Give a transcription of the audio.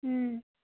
ಹ್ಞೂ